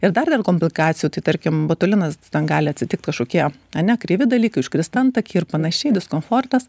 ir dar dėl komplikacijų tai tarkim botulinas ten gali atsitikt kažkokie ane kreivi dalykai užkrist antakiai ir panašiai diskomfortas